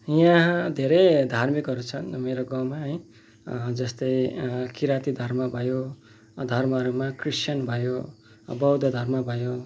यहाँ धेरै धार्मिकहरू छन् मेरो गाउँमा है जस्तै किराती धर्म भयो धर्महरूमा क्रिस्चियन भयो बौद्ध धर्म भयो